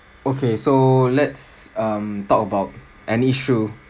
okay so let's um talk about an issue